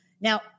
Now